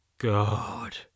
god